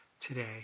today